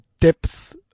depth